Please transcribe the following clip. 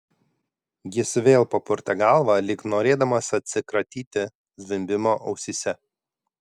jis vėl papurtė galvą lyg norėdamas atsikratyti zvimbimo ausyse